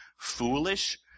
Foolish